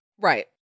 right